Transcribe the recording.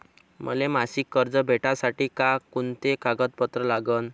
मले मासिक कर्ज भेटासाठी का कुंते कागदपत्र लागन?